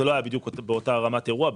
זה לא היה בדיוק באותה רמת אירוע,